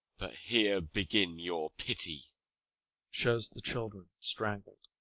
here begin your pity shows the children strangled.